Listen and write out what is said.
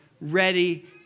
ready